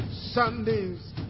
Sunday's